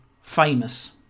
famous